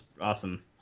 awesome